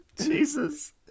Jesus